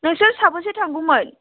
नोंसोर साबेसे थांगौमोन